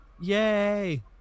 Yay